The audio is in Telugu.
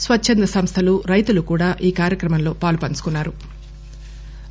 స్వచ్చంద సంస్థలు రైతులు కూడా ఈ కార్యక్రమంలో పాలు పంచుకున్నారు